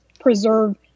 preserve